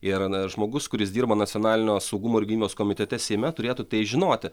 ir na žmogus kuris dirba nacionalinio saugumo ir gynybos komitete seime turėtų tai žinoti